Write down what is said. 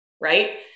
Right